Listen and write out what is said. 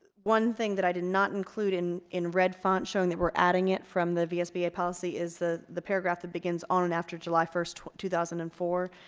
one thing that i did not include in in red font showing that we're adding it from the vsba policy is the the paragraph that begins on and after july first two thousand and four.